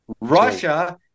Russia